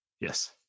Yes